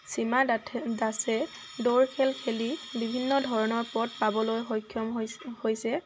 চীমা ডাঠে দাসে দৌৰ খেল খেলি বিভিন্ন ধৰণৰ পথ পাবলৈ সক্ষম হৈছ হৈছে